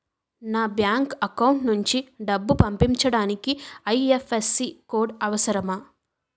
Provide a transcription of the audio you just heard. నా bank account నుంచి డబ్బు పంపించడానికి ఐ.ఎఫ్.ఎస్.సి కోడ్ అవసరమా?